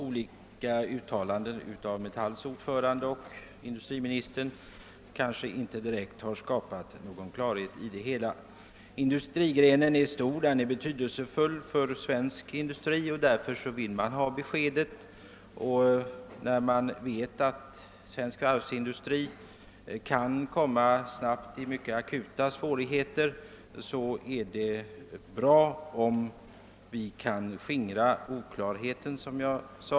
Olika uttalanden av Metalls ordförande och industriministern har inte direkt skapat någon klarhet. Industrigrenen är stor och betydelsefull för svensk industri, och därför vill man ha besked. Svensk varvsindustri kan snabbt komma i akuta svårigheter. Det är därför bra om vi kan skingra oklarheten.